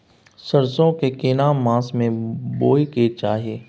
सरसो के केना मास में बोय के चाही?